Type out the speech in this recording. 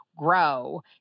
Grow